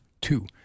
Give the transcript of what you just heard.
Two